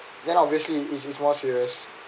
then obviously is more serious